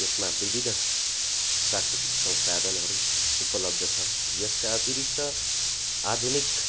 यसमा विविध प्राकृतिक सन्साधनहरू उपलब्ध छ यसका अतिरिक्त आधुनिक